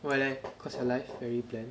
why leh cause your life very bland